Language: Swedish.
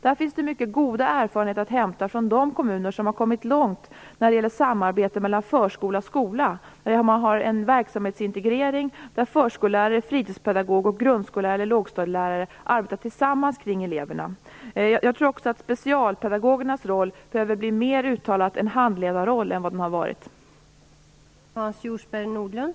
Det finns mycket goda erfarenheter att hämta från de kommuner som har kommit långt i samarbetet mellan förskola och skola. Det förekommer en verksamhetsintegrering, där förskollärare, fritidspedagog, grundskollärare eller lågstadielärare arbetar tillsammans kring eleverna. Jag tror också att specialpedagogernas roll mer uttalat behöver bli en handledarroll än vad som varit fallet.